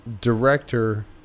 director